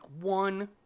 one